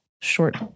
short